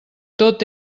tot